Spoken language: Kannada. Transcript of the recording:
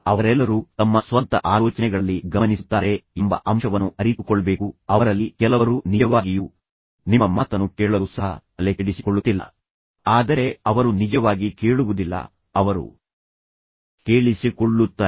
ಅವರೆಲ್ಲರೂ ತಮ್ಮ ಸ್ವಂತ ಆಲೋಚನೆಗಳಲ್ಲಿ ಗಮನಿಸುತ್ತಾರೆ ಎಂಬ ಅಂಶವನ್ನು ಅರಿತುಕೊಳ್ಳಬೇಕು ಅವರಲ್ಲಿ ಕೆಲವರು ನಿಜವಾಗಿಯೂ ನಿಮ್ಮ ಮಾತನ್ನು ಕೇಳಲು ಸಹ ತಲೆಕೆಡಿಸಿಕೊಳ್ಳುತ್ತಿಲ್ಲ ಆದರೆ ಅವರು ನಿಜವಾಗಿ ಕೇಳುವುದಿಲ್ಲ ಅವರು ಕೇಳಿಸಿಕೊಳ್ಳುತ್ತಾರೆ